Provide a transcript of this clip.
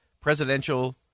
presidential